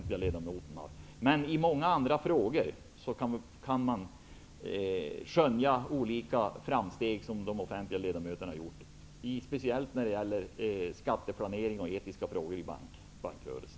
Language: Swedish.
I många andra frågor kan man skönja olika framsteg som de offentliga företrädarna har gjort, speciellt när det gäller skatteplanering och etiska frågor i bankrörelsen.